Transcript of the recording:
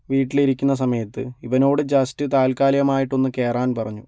വീട്ടിലിരിക്കുന്ന സമയത്ത് ഇവനോട് ജസ്റ്റ് താത്ക്കാലികമായിട്ടൊന്നു കയറാൻ പറഞ്ഞു